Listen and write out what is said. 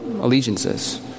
allegiances